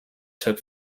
took